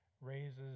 raises